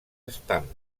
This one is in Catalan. estams